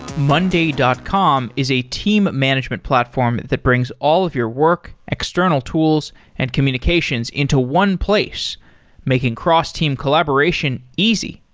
monday dot com is a team management platform that brings all of your work, external tools and communications into one place making cross-team collaboration easy.